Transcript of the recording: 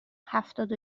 هفتاد